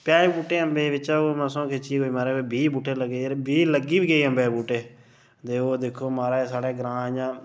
प'ञां बूह्टे अम्बे दे बिचा मसां खिच्चियै कोई माराज बीह् बूहटे लग्गे बीह् लग्गी बी गे अम्बे दे बूहटे ते ओह् दिक्खो माराज साढ़ा ग्रांऽ इ'यां